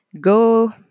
go